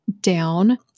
down